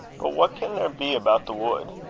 but what can there be about the wood?